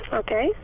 okay